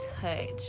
touch